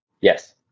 Yes